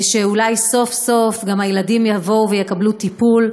ושאולי סוף-סוף גם הילדים יקבלו טיפול,